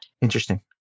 Interesting